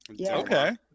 Okay